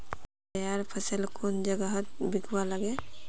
तैयार फसल कुन जगहत बिकवा लगे?